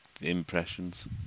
impressions